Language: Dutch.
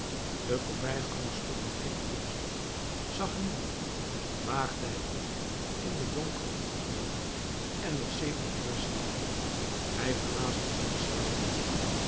de voorbijganger sloeg een blik om zich zag niemand waagde het niet in den donkeren hoek te zien en was zeer ontrust hij verhaastte zijn schreden